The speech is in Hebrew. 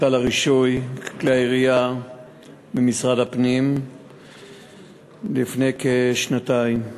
לרישוי כלי ירייה ממשרד הפנים לפני כשנתיים,